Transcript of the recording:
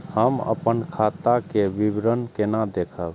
हम अपन खाता के विवरण केना देखब?